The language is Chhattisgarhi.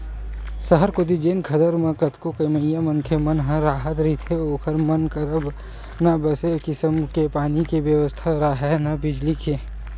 सहर कोती जेन खदर म कतको कमइया मनखे मन ह राहत रहिथे ओखर मन करा न बने किसम के पानी के बेवस्था राहय, न बिजली के